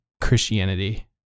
christianity